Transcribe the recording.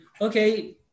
okay